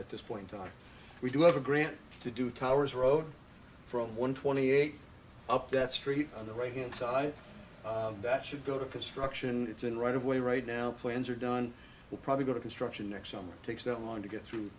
at this point time we do have a grant to do towers road from one twenty eight up that street on the right hand side that should go to construction it's in right of way right now plans are done will probably go to construction next summer takes that long to get through